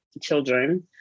children